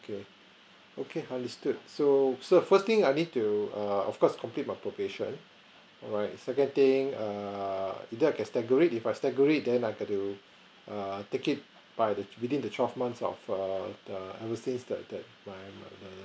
okay okay understood so so first thing I need to err of course complete my probation alright second thing err if there's segregate if I segregate then I got to err take it by the within the twelve month of err the I would say that the my my my